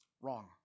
Wrong